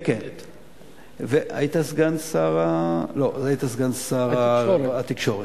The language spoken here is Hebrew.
היית סגן שר, סגן שר התקשורת,